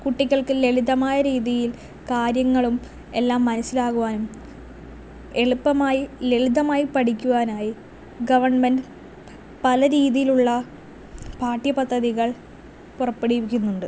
കുട്ടികൾക്ക് ലളിതമായ രീതിയിൽ കാര്യങ്ങളും എല്ലാം മനസ്സിലാകുവാനും എളുപ്പമായി ലളിതമായി പഠിക്കുവാനായി ഗെവൺമെൻറ് പല രീതിയിലുള്ള പാഠ്യ പദ്ധതികൾ പുറപ്പെടിവിക്കുന്നുണ്ട്